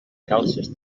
calces